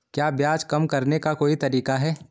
क्या ब्याज कम करने का कोई तरीका है?